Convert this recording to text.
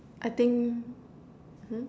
I think !huh!